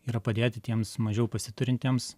yra padėti tiems mažiau pasiturintiems